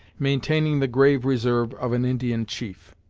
maintaining the grave reserve of an indian chief.